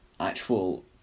actual